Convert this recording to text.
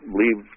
leave